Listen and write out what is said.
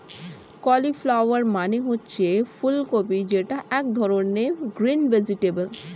cauliflower মানে হচ্ছে ফুলকপি যেটা এক ধরনের গ্রিন ভেজিটেবল